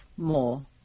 More